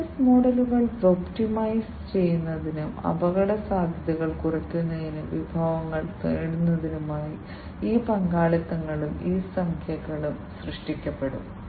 business മോഡലുകൾ optimise ചെയ്യുന്നതിനും അപകടസാധ്യതകൾ കുറയ്ക്കുന്നതിനും വിഭവങ്ങൾ നേടുന്നതിനുമായി ഈ പങ്കാളിത്തങ്ങളും ഈ സഖ്യങ്ങളും സൃഷ്ടിക്കപ്പെടും